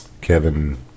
Kevin